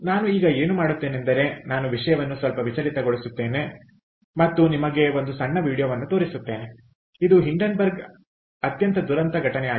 ನಾನು ಈಗ ಏನು ಮಾಡುತ್ತೇನೆಂದರೆ ನಾನು ವಿಷಯವನ್ನು ಸ್ವಲ್ಪ ವಿಚಲಿತಗೊಳಿಸುತ್ತೇವೆ ಮತ್ತು ನಿಮಗೆ ಒಂದು ಸಣ್ಣ ವೀಡಿಯೊವನ್ನು ತೋರಿಸುತ್ತೇನೆ ಇದು ಹಿಂಡೆನ್ಬರ್ಗ್ನ ಅತ್ಯಂತ ದುರಂತ ಘಟನೆ ಆಗಿದೆ